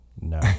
No